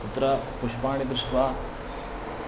तत्र पुष्पाणि दृष्ट्वा